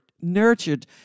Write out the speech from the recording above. nurtured